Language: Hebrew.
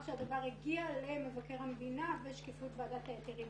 שהדבר הגיע למבקר המדינה ושקיפות ועדת ההיתרים,